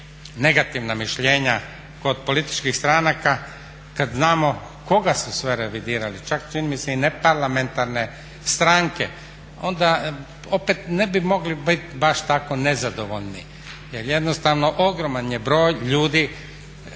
negativna mišljenja kod političkih stranaka kad znamo koga su sve revidirali, čak čini mi se i ne parlamentarne stranke onda opet ne bi mogli biti baš tako nezadovoljni jer jednostavno ogroman je broj ljudi